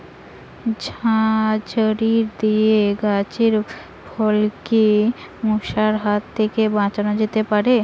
ঝাঁঝরি দিয়ে গাছের ফলকে মশার হাত থেকে বাঁচানো যেতে পারে?